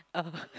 uh